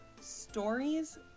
stories